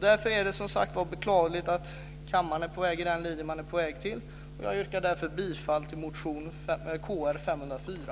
Det är beklagligt att kammaren går i den riktning som den siktar till, och jag yrkar därför bifall till motion Kr504.